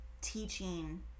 teaching